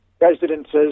residences